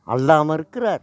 அல்லாவும் இருக்கிறார்